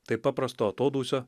tai paprasto atodūsio